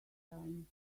time